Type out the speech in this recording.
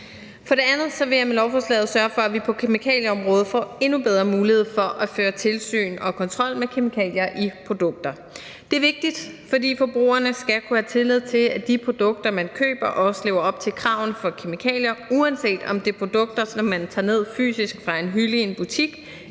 For det andet vil jeg med lovforslaget sørge for, at vi på kemikalieområdet får endnu bedre mulighed for at føre tilsyn og kontrol med kemikalier i produkter. Det er vigtigt, fordi forbrugerne skal kunne have tillid til, at de produkter, de køber, også lever op til kravene for kemikalier, uanset om det er produkter, som man tager ned fysisk fra en hylde i en butik,